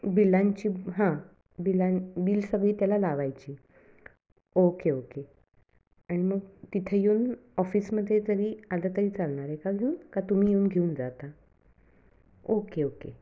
बिलांची हां बिलां बिल सगळी त्याला लावायची ओके ओके आणि मग तिथे येऊन ऑफिसमध्ये तरी आलं तरी चालणार आहे का घेऊन का तुम्ही येऊन घेऊन जाता ओके ओके